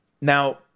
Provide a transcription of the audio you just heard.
Now